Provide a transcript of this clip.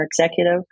executive